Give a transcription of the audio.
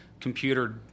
computer